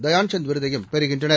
தயான்சந்த் விருதையும் பெறுகின்றனர்